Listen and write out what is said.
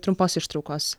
trumpos ištraukos